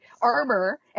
armor